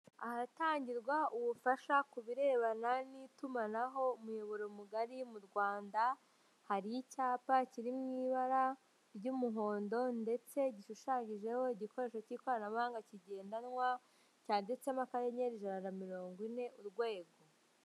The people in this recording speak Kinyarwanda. Ahatangirwa ubufasha ku birebana n'itumanaho umuyoboro mugari mu Rwanda hari icyapa kiri mu ibara ry'umuhondo ndetse gishushanyijeho igikoresho cy'ikoranabuhanga kigendanwa cyanditsemo kanyenyeri ijana na mirongo ine urwego.